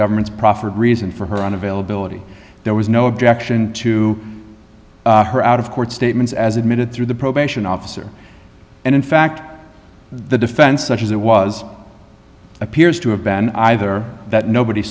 government's proffered reason for her on availability there was no objection to her out of court statements as admitted through the probation officer and in fact the defense such as it was appears to have been either that nobody